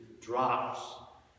drops